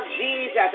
Jesus